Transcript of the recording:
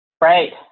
Right